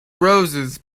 roses